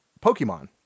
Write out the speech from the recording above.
Pokemon